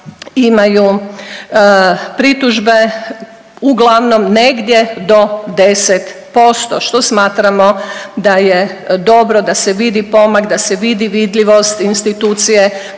imaju pritužbe uglavnom negdje do 10% što smatramo da je dobro, da se vidi pomak, da se vidi vidljivost institucije,